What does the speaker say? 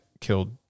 killed